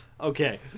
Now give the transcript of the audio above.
Okay